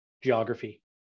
geography